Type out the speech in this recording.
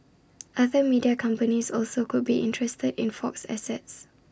other media companies also could be interested in Fox's assets